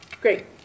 Great